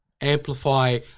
Amplify